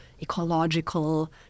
ecological